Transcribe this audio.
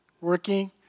working